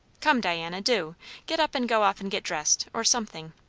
come, diana do get up and go off and get dressed, or something.